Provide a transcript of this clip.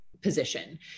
position